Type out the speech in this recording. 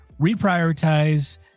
reprioritize